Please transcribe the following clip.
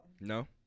No